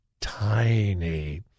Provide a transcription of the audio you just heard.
tiny